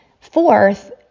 Fourth